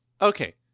Okay